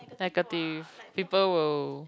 negative people will